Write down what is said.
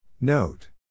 Note